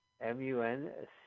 M-U-N-C